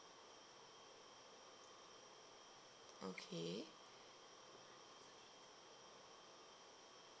okay